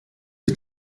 est